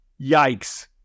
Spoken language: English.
yikes